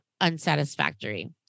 unsatisfactory